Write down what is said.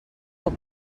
poc